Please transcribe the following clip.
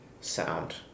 sound